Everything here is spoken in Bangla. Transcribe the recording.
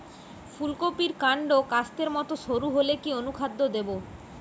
ফুলকপির কান্ড কাস্তের মত সরু হলে কি অনুখাদ্য দেবো?